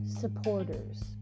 supporters